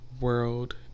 world